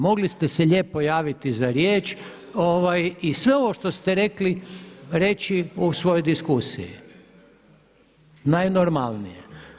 Mogli ste se lijepo javiti za riječ i sve ovo što ste rekli reći u svojoj diskusiji najnormalnije.